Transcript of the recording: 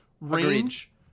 range